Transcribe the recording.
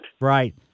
Right